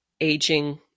aging